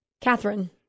Catherine